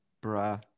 bra